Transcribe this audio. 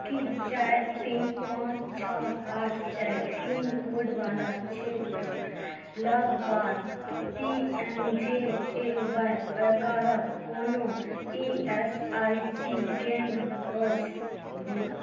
की चारि तीन पाँच छओ आठ चारि पिन कोडवला क्षेत्रके लगपास P M J A Y प्रकारक कोनो ई एस आई सी केंद्र अछि